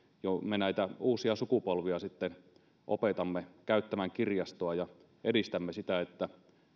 me näitä uusia sukupolvia sitten jo opetamme käyttämään kirjastoa ja edistämme sitä että